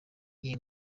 iyi